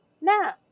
now